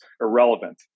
irrelevant